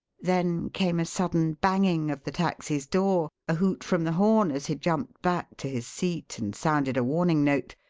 then came a sudden banging of the taxi's door, a hoot from the horn as he jumped back to his seat and sounded a warning note,